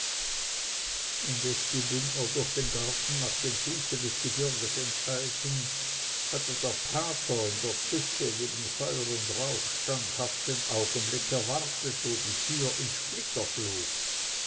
indes die bündner durch den garten nach dem fuße des gebirges enteilten hatte der pater in der küche neben feuer und rauch standhaft den augen blick erwartet wo die türe in splitter flog